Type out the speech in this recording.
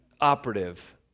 operative